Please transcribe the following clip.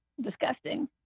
disgusting